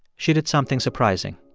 she did something surprising.